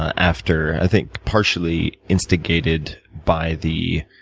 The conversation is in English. after, i think, partially instigated by the